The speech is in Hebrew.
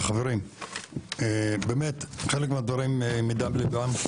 חברים, באמת חלק מהדברים הם מדם ליבם.